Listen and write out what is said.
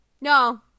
no